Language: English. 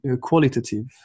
qualitative